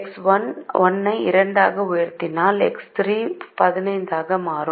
X1 ஐ 2 ஆக உயர்த்தினால் X 3 15 ஆக மாறும் மற்றும் X4 16 ஆக மாறும்